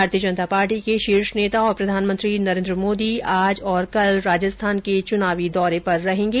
भारतीय जनता पार्टी के शीर्ष नेता और प्रधानमंत्री नरेंद्र मोदी आज और कल राजस्थान के चुनावी दौरे पर रहेंगे